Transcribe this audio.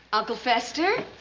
uncle fester,